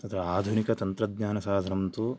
तत्र आधुनिकतन्त्रज्ञनसाधनं तु